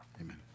Amen